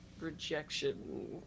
rejection